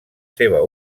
seva